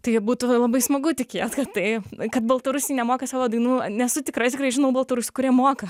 tai būtų labai smagu tikėt kad tai kad baltarusiai nemoka savo dainų nesu tikra tikrai žinau baltarusių kurie moka